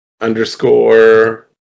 underscore